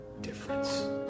difference